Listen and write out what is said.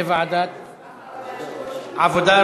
לוועדת העבודה,